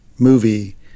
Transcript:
Movie